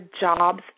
jobs